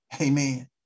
Amen